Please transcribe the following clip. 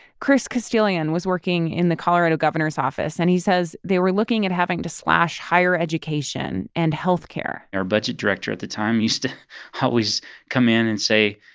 chris castilian was working in the colorado governor's office, and he says they were looking at having to slash higher education and health care our budget director at the time used to always come in and say,